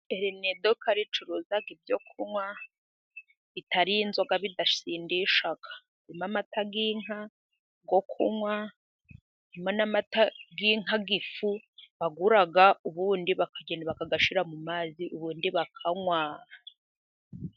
Iri ni iduka ricuruza ibyo kunywa bitari inzoga, bidasindisha, harimo amata y'inka yo kunywa, harimo amata y'inka y'ifu bagura, ubundi bakagenda bakayashyira mu mazi, ubundi bakanywa.